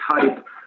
type